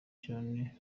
cyane